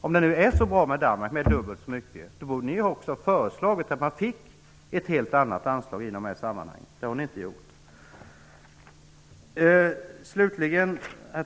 Om det nu är så bra i Danmark, där man satsar dubbelt så mycket, borde ni också ha föreslagit ett helt annat anslag i detta sammanhang. Det har ni inte gjort. Herr talman!